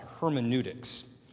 hermeneutics